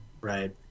Right